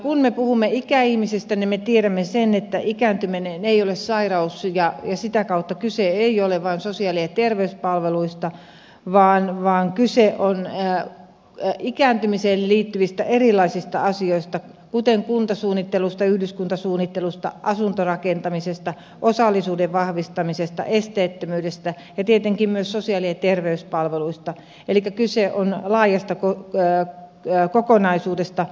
kun me puhumme ikäihmisistä niin me tiedämme sen että ikääntyminen ei ole sairaus ja sitä kautta kyse ei ole vain sosiaali ja terveyspalveluista vaan kyse on ikääntymiseen liittyvistä erilaisista asioista kuten kuntasuunnittelusta yhdyskuntasuunnittelusta asuntorakentamisesta osallisuuden vahvistamisesta esteettömyydestä ja tietenkin myös sosiaali ja terveyspalveluista elikkä kyse on laajasta kokonaisuudesta